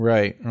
Right